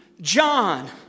John